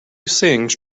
sings